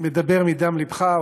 מדבר מדם לבך.